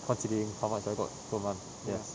considering how much I got per month yes